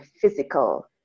physical